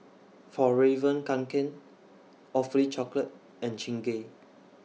Fjallraven Kanken Awfully Chocolate and Chingay